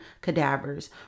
cadavers